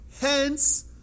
Hence